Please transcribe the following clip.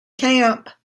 camp